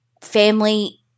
family